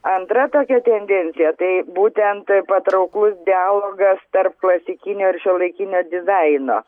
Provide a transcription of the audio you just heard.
antra tokia tendencija tai būtent patrauklus dialogas tarp klasikinio ir šiuolaikinio dizaino